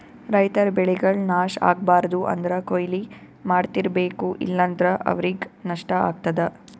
ರೈತರ್ ಬೆಳೆಗಳ್ ನಾಶ್ ಆಗ್ಬಾರ್ದು ಅಂದ್ರ ಕೊಯ್ಲಿ ಮಾಡ್ತಿರ್ಬೇಕು ಇಲ್ಲಂದ್ರ ಅವ್ರಿಗ್ ನಷ್ಟ ಆಗ್ತದಾ